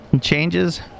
changes